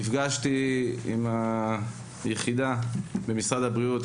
נפגשתי עם היחידה במשרד הבריאות: